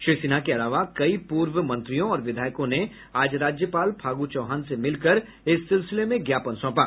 श्री सिन्हा के अलावा कई पूर्व मंत्रियों और विधायकों ने आज राज्यपाल फागू चौहान से मिलकर इस सिलसिले में ज्ञापन सौंपा